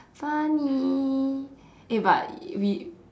funny eh but we